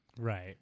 Right